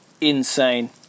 insane